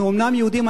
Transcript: אנחנו גם ישראלים.